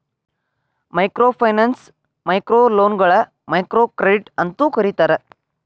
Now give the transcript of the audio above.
microfinance ಮೈಕ್ರೋಲೋನ್ಗಳ microcredit ಅಂತೂ ಕರೇತಾರ